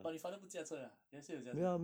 but 你 father 不驾车了啊你还是有驾车